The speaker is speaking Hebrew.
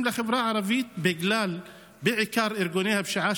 לחברה הערבית בעיקר בגלל ארגוני הפשיעה,